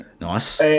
Nice